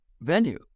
venue